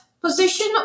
position